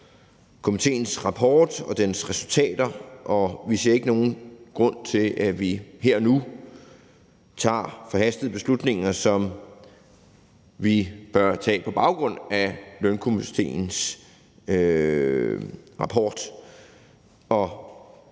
komitéens rapport og dens resultater. Vi ser ikke nogen grund til, at vi her og nu tager forhastede beslutninger, som vi burde tage på baggrund af Lønstrukturkomitéens rapport.